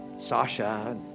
Sasha